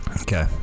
Okay